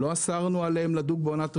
לא אסרנו עליהם לדוג בעונת רבייה,